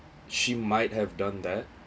she might have done that